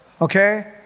Okay